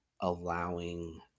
allowing